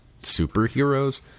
superheroes